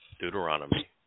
Deuteronomy